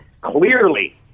clearly